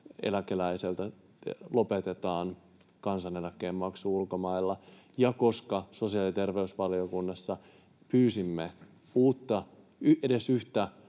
eläkeläiseltä lopetetaan kansaneläkkeen maksu ulkomaille, ja koska sosiaali‑ ja terveysvaliokunnassa pyysimme edes yhtä